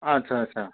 ଆଚ୍ଛା ଆଚ୍ଛା